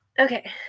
Okay